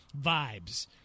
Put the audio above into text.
vibes